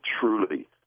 truly